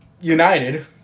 United